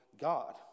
God